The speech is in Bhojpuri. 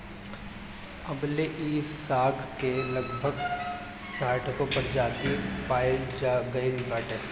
अबले इ साग के लगभग साठगो प्रजाति पहचानल गइल बाटे